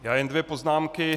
Já jen dvě poznámky.